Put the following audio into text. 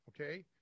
okay